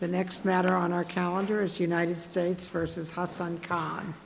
the next matter on our calendar is united states versus hot sun c